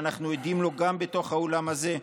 שאנחנו עדים לו גם בתוך האולם הזה,